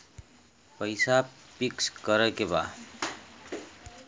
पैसा पिक्स करके बा?